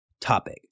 topic